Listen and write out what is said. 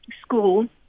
school